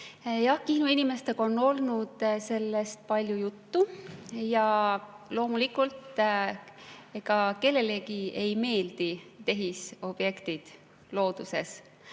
Jah, Kihnu inimestega on olnud sellest palju juttu. Loomulikult, ega kellelegi ei meeldi tehisobjektid looduses.